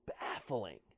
baffling